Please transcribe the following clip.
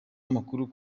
amakuru